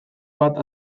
bat